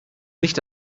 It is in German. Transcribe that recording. nicht